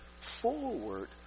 forward